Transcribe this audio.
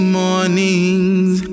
mornings